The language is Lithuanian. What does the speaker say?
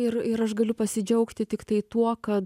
ir ir aš galiu pasidžiaugti tiktai tuo kad